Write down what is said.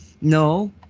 no